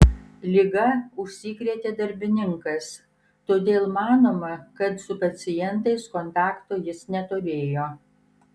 liga užsikrėtė darbininkas todėl manoma kad su pacientais kontakto jis neturėjo